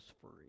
free